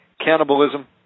cannibalism